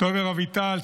תומר אביטל,